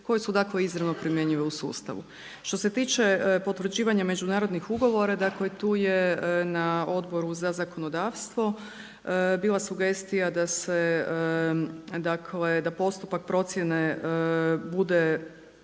koje su izravno primjenjive u sustavu. Što se tiče potvrđivanja međunarodnih ugovora, tu je na Odboru za zakonodavstvo bila sugestija da postupak procjene da